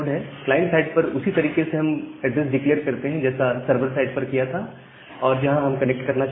client side पर उसी तरीके से हम एड्रेस डिक्लेअर करते हैं जैसा सर्वर साइड पर किया था और जहां हम कनेक्ट करना चाहते हैं